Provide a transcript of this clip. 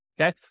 Okay